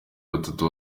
batatu